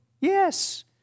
Yes